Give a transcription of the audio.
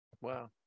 Wow